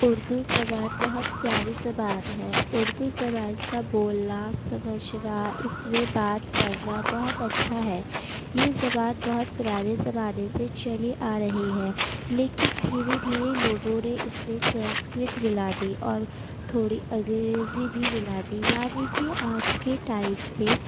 اردو زبان بہت پیاری زبان ہے اردو زبان کا بولنا سمجھنا اس میں بات کرنا بہت اچھا ہے یہ زبان بہت پرانے زمانے سے چلی آ رہی ہے لیکن دھیرے دھیرے لوگوں نے اس میں سنسکرت ملا دی اور تھوڑی انگریزی بھی ملا دی یعنی کہ آج کے ٹائم پہ